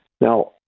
Now